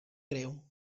greu